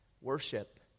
worship